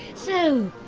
so,